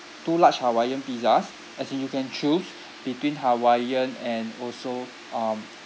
two large hawaiian pizzas as in you can choose between hawaiian and also um